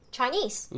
Chinese